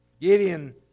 Gideon